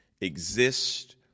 exist